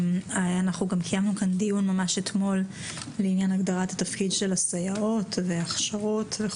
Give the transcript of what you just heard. קיימנו כאן אתמול דיון על הגדרת תפקיד הסייעות והכשרות,